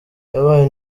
yabaye